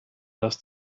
dass